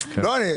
הוועדות,